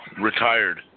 Retired